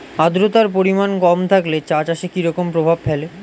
আদ্রতার পরিমাণ কম থাকলে চা চাষে কি রকম প্রভাব ফেলে?